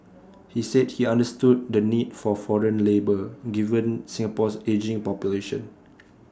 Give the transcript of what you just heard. he said he understood the need for foreign labour given Singapore's ageing population